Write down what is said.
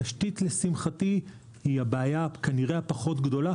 תשתית, לשמחתי, היא הבעיה הפחות גדולה.